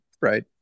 Right